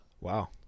wow